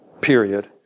period